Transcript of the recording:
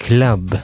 Club